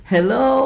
Hello